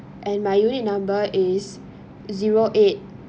and my unit number is zero eight